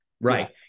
Right